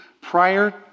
prior